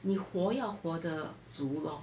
你活要活得足 lor